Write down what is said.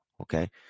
Okay